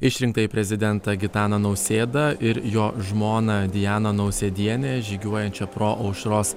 išrinktąjį prezidentą gitaną nausėdą ir jo žmoną dianą nausėdienę žygiuojančią pro aušros